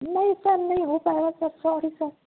نہیں سر نہیں ہو پائے گا سر سوری سر